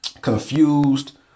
confused